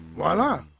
voila